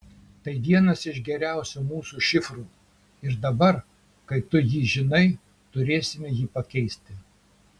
tai vienas iš geriausių mūsų šifrų ir dabar kai tu jį žinai turėsime jį pakeisti